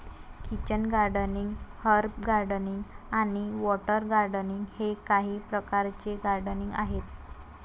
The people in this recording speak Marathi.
किचन गार्डनिंग, हर्ब गार्डनिंग आणि वॉटर गार्डनिंग हे काही प्रकारचे गार्डनिंग आहेत